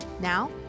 now